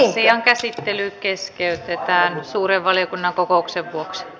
asian käsittely keskeytetään suuren valiokunnan kokoukseen järjestelmä